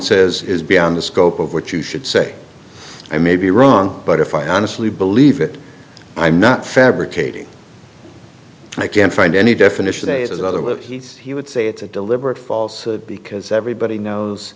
says is beyond the scope of what you should say i may be wrong but if i honestly believe it i'm not fabricating i can't find any definition is another live he's he would say it's a deliberate false because everybody knows